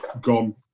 gone